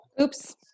Oops